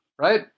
right